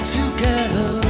together